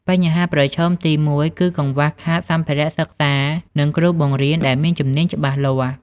បញ្ហាប្រឈមទី១ គឺកង្វះខាតសម្ភារៈសិក្សានិងគ្រូបង្រៀនដែលមានជំនាញច្បាស់លាស់។